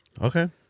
Okay